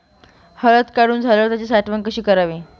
हळद काढून झाल्यावर त्याची साठवण कशी करावी?